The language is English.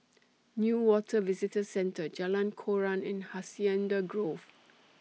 Newater Visitor Centre Jalan Koran and Hacienda Grove